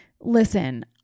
listen